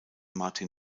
martin